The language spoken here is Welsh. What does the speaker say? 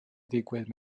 ddigwydd